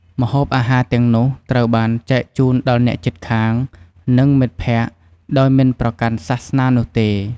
ម្ហូបអាហារទាំងនោះត្រូវបានចែកជូនដល់ អ្នកជិតខាង និងមិត្តភក្តិ ដោយមិនប្រកាន់សាសនានោះទេ។